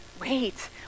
wait